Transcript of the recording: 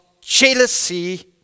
jealousy